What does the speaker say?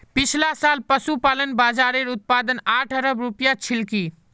पिछला साल पशुपालन बाज़ारेर उत्पाद आठ अरब रूपया छिलकी